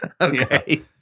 Okay